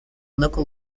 local